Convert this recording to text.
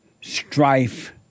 strife